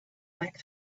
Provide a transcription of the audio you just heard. back